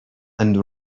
and